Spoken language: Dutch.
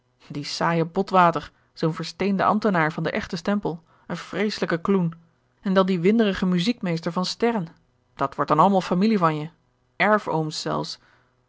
die saaie botwater zoo'n versteende ambtenaar van den echten stempel een vreeselijke kloen en dan die winderige muziekmeester van sterren dat wordt dan allemaal familie van je erfooms zelfs